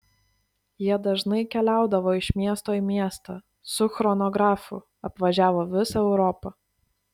jie dažnai keliaudavo iš miesto į miestą su chronografu apvažiavo visą europą